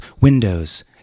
windows